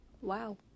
Wow